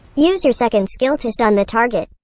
use your second skill to stun the target.